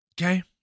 okay